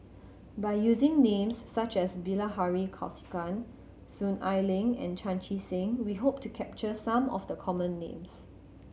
by using names such as Bilahari Kausikan Soon Ai Ling and Chan Chee Seng we hope to capture some of the common names